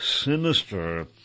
sinister